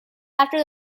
after